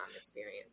experience